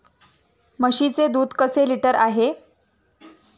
म्हशीचे दूध कसे लिटर आहे?